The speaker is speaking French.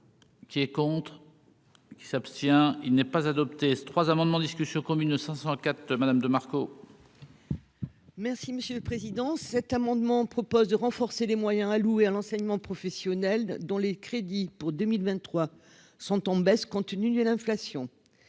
qui est contre. Qui s'abstient, il n'est pas adopté 3 amendements discussion commune de 500 quatre Madame de Marco. Merci Monsieur le Président, cet amendement propose de renforcer les moyens alloués à l'enseignement professionnel, dont les crédits pour 2023 sont en baisse continue et l'inflation,